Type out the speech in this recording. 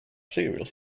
cereals